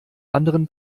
anderen